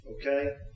okay